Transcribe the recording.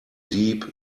deep